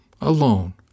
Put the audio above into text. alone